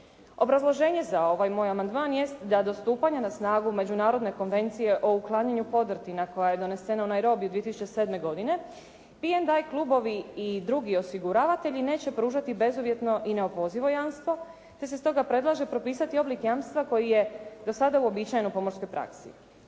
Obrazloženje za ovaj moj amandman jest da do stupanja na snagu međunarodne Konvencije o uklanjanju podrtina koja je donesena u Naerobiji 2007. godine, … klubovi i drugi osiguravatelji neće pružiti bezuvjetno i neopozivo jamstvo te se stoga predlaže propisati oblik jamstva koji je do sada uobičajen u pomorskoj praksi.